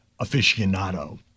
aficionado